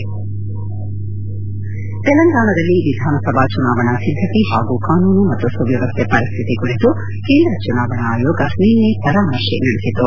head ತೆಲಂಗಾಣದಲ್ಲಿ ವಿಧಾನಸಭಾ ಚುನಾವಣಾ ಸಿದ್ದಕೆ ಹಾಗೂ ಕಾನೂನು ಮತ್ತು ಸುವ್ಯವಸ್ಥೆ ಪರಿಸ್ಥಿತಿ ಕುರಿತು ಕೇಂದ್ರ ಚುನಾವಣಾ ಆಯೋಗ ನಿನ್ನೆ ಪರಾಮರ್ಶೆ ನಡೆಸಿತು